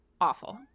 Awful